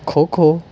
kho kho